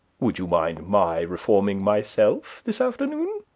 would you mind my reforming myself this afternoon?